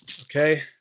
Okay